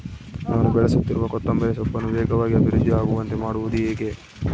ನಾನು ಬೆಳೆಸುತ್ತಿರುವ ಕೊತ್ತಂಬರಿ ಸೊಪ್ಪನ್ನು ವೇಗವಾಗಿ ಅಭಿವೃದ್ಧಿ ಆಗುವಂತೆ ಮಾಡುವುದು ಹೇಗೆ?